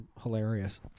hilarious